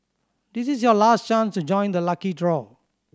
this is your last chance to join the lucky draw